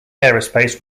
aerospace